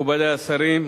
מכובדי השרים,